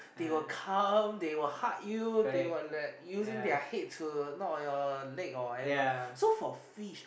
they will come they will hug you they will like using their head to knock on your leg or whatever so for fish